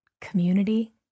community